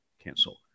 cancel